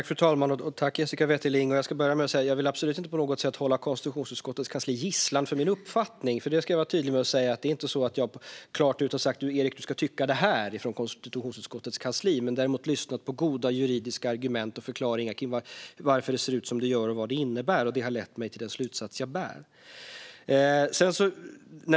Fru talman! Jag vill absolut inte på något sätt hålla konstitutionsutskottets kansli gisslan för min uppfattning. Jag ska tydligt säga att konstitutionsutskottets kansli inte har sagt: Erik! Du ska tycka så här. Däremot har jag lyssnat på goda juridiska argument och förklaringar kring varför det ser ut som det gör och vad det innebär. Det har lett mig till min slutsats.